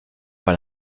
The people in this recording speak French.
pas